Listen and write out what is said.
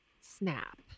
snap